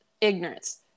ignorance